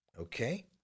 okay